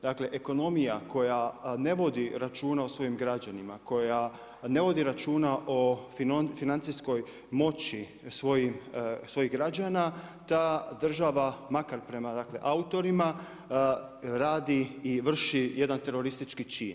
Dakle, ekonomija koja ne vodi račune o svojim građanima, koja ne vodi računa o financijskoj moći svojih građana, ta država, makar prema dakle, autorima, radi i vrši jedan teroristički čin.